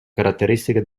caratteristiche